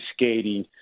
skating